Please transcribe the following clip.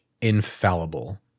infallible